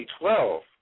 2012